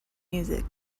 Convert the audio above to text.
music